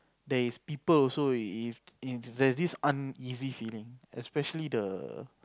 there is people also if there's this uneasy feeling especially the